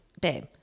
babe